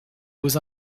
was